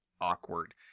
awkward